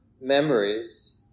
memories